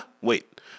Wait